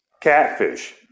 Catfish